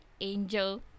angel